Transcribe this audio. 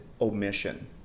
omission